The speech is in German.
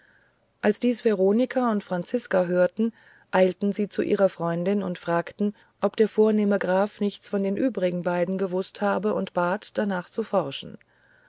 als dies veronika und franziska hörten eilten sie zu ihrer freundin und fragten ob der vornehme graf nichts von den übrigen beiden gewußt habe und baten danach zu forschen